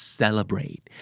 celebrate